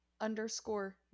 underscore